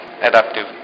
Adaptive